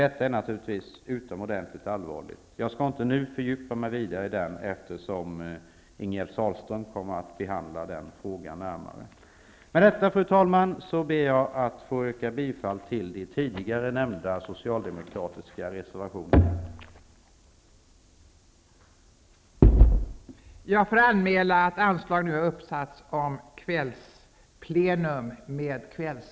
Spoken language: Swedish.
Detta är naturligtvis utomordentligt allvarligt. Jag skall inte nu fördjupa mig i det, eftersom Ingegerd Sahlström kommer att beröra den frågan närmare. Med detta, fru talman, ber jag att få yrka bifall till de tidigare nämnda socialdemokratiska reservationerna.